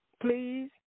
Please